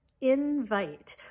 invite